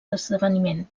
esdeveniment